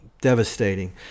devastating